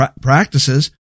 practices